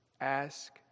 ask